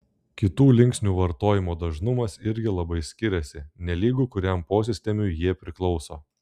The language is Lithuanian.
kitų linksnių vartojimo dažnumas irgi labai skiriasi nelygu kuriam posistemiui jie priklauso